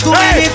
Hey